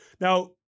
Now